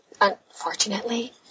unfortunately